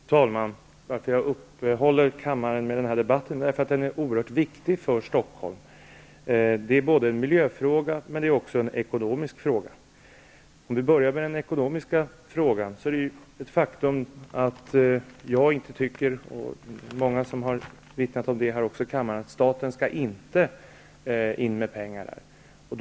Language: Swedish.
Fru talman! Anledningen till att jag uppehåller kammaren med denna debatt är att den är oerhört viktig för Stockholm. Det är en miljöfråga men också en ekonomisk fråga. Det är ett faktum att jag inte tycker att staten skall gå in med pengar. Det är många som har vittnat om det här i kammaren.